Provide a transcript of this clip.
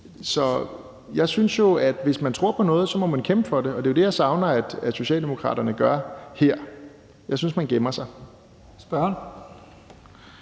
Jeg synes jo, at hvis man tror på noget, må man kæmpe for det. Det er det, jeg savner Socialdemokraterne gør her. Jeg synes, man gemmer sig. Kl.